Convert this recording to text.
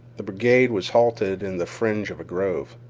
the brigade was halted in the fringe of a grove.